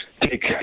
take